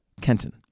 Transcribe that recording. Kenton